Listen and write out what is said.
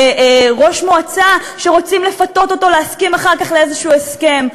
לראש מועצה שרוצים לפתות אותו להסכים אחר כך לאיזה הסכם.